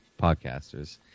podcasters